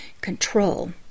control